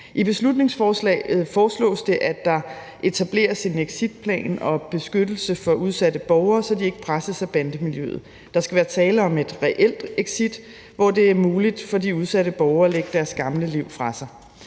I beslutningsforslaget foreslås det, at der etableres en exitplan og beskyttelse for udsatte borgere, så de ikke presses af bandemiljøet. Der skal være tale om et reelt exit, hvor det er muligt for de udsatte borgere at lægge deres gamle liv fra sig.